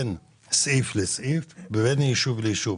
סעיף לסעיף ובין ישוב לישוב,